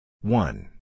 One